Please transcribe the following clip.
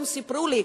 הם סיפרו לי,